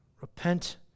Repent